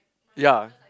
yea